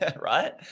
right